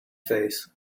face